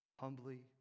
humbly